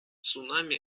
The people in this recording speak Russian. цунами